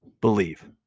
believe